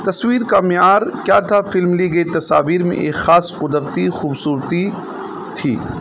تصویر کا معیار کیا تھا فلم لی گئی تصاویر میں ایک خاص قدرتی خوبصورتی تھی